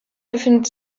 befindet